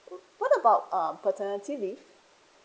what about uh paternity leave